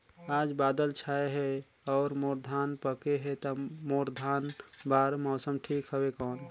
आज बादल छाय हे अउर मोर धान पके हे ता मोर धान बार मौसम ठीक हवय कौन?